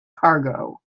cargo